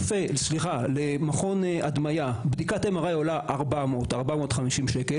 למכון הדמיה בדיקת MRI עולה 450-400 שקלים,